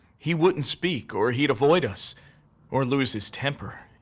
he wouldn't speak, or he'd avoid us or lose his temper.